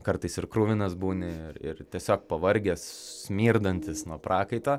kartais ir kruvinas būni ir tiesiog pavargęs smirdantis nuo prakaito